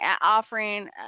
offering